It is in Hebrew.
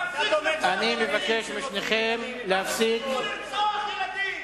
תפסיקו לרצוח ילדים.